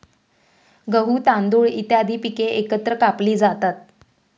गहू, तांदूळ इत्यादी पिके एकत्र कापली जातात